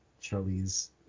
Charlie's